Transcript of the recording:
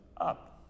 up